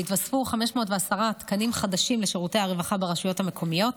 והתווספו 510 תקנים חדשים לשירותי הרווחה ברשויות המקומיות,